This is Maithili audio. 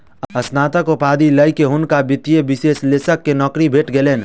स्नातक उपाधि लय के हुनका वित्तीय विश्लेषक के नौकरी भेट गेलैन